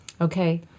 Okay